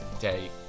day